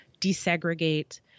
desegregate